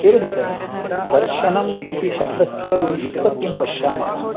एवञ्च दर्शनम् इति शब्दस्य यदि व्युत्पत्तिं पश्यामः